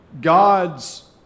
God's